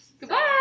Goodbye